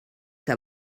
que